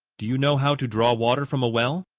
do you know how to draw water from a well?